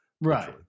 right